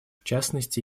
частности